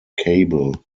cable